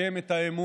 לשקם את האמון,